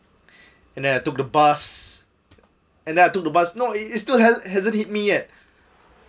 and then I took the bus and then I took the bus no it is still has hasn't hit me yet